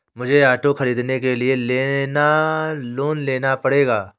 मुझे ऑटो खरीदने के लिए लोन लेना पड़ेगा